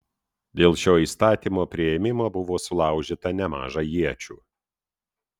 dėl šio įstatymo priėmimo buvo sulaužyta nemaža iečių